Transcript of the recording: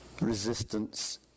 Resistance